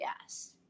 yes